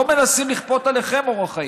לא מנסים לכפות עליכם אורח חיים.